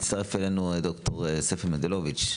הצטרף אלינו ד"ר ספי מנדלוביץ.